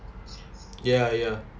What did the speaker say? ya ya